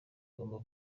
agomba